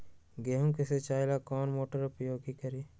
गेंहू के सिंचाई ला कौन मोटर उपयोग करी?